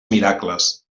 miracles